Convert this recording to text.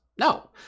No